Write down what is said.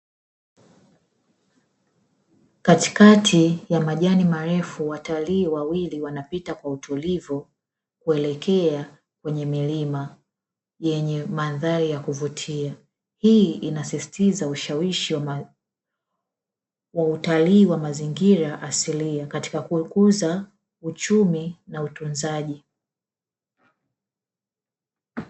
Katikati ya majani marefu, Watalii wawili wanapita kwa utulivu, kuelekea kwenye milima, yenye mandhari ya kuvutia, hii inasisitiza ushawishi wa utalii wa mazingira asilia, katika kukuza uchumi na utunzaji.